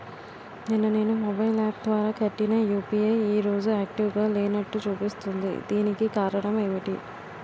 నిన్న నేను mobile app ద్వారా కట్టిన యు.పి.ఐ ఈ రోజు యాక్టివ్ గా లేనట్టు చూపిస్తుంది దీనికి కారణం ఏమిటి?